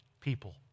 people